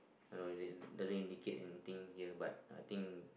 I don't know it doesn't doesn't indicate anything here but I think